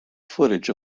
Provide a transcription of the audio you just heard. footage